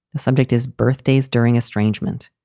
the subject is birthdays during estrangement.